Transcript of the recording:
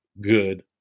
good